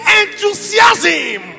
enthusiasm